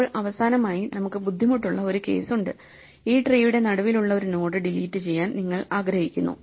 ഇപ്പോൾ അവസാനമായി നമുക്ക് ബുദ്ധിമുട്ടുള്ള ഒരു കേസ് ഉണ്ട് ഈ ട്രീയുടെ നടുവിലുള്ള ഒരു നോഡ് ഡിലീറ്റ് ചെയ്യാൻ നിങ്ങൾ ആഗ്രഹിക്കുന്നു